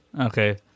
Okay